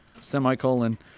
Semicolon